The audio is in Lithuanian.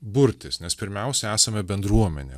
burtis nes pirmiausia esame bendruomenė